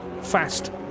fast